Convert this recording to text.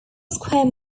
square